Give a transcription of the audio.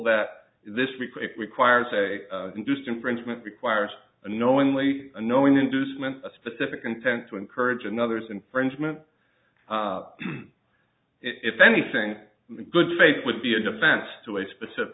that this requires a induced infringement requires knowingly knowing inducement a specific intent to encourage another's infringement if anything in good faith would be a defense to a specific